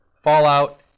Fallout